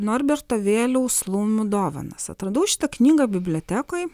norberto vėliaus laumių dovanas atradau šitą knygą bibliotekoj